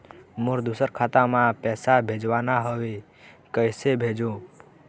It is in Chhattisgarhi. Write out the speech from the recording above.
मोर दुसर खाता मा पैसा भेजवाना हवे, कइसे भेजों?